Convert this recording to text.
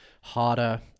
harder